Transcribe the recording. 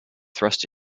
thrust